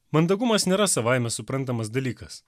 mandagumas nėra savaime suprantamas dalykas